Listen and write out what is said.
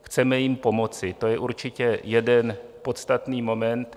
Chceme jim pomoci, to je určitě jeden podstatný moment.